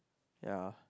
ya